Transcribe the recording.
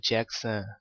Jackson